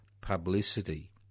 publicity